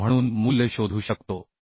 42 म्हणून मूल्य शोधू शकतो